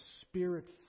Spirit